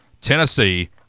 Tennessee